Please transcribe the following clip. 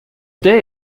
day